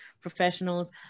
professionals